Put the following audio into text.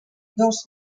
dos